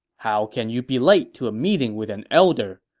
how can you be late to a meeting with an elder?